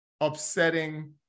upsetting